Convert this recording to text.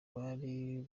bari